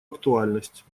актуальность